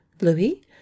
Louis